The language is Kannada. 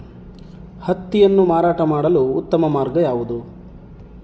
ಹತ್ತಿಯನ್ನು ಮಾರಾಟ ಮಾಡಲು ಉತ್ತಮ ಮಾರ್ಗ ಯಾವುದು?